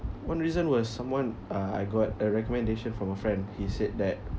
one reason was someone uh I got a recommendation from a friend he said that